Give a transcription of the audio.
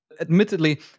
Admittedly